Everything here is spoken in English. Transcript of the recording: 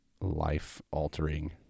life-altering